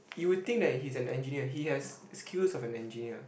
you will think that he's an engineer he has skills of an engineer